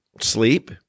sleep